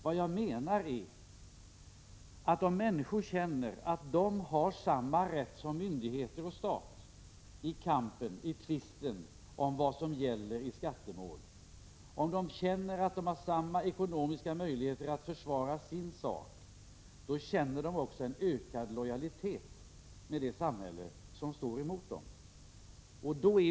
Vad jag menar är att om människor känner att de har samma rätt som staten och myndigheterna i tvister om vad som gäller i skattemål, och om de känner att de har samma ekonomiska möjligheter att försvara sin sak, då känner de också en ökad lojalitet med det samhälle som står emot dem.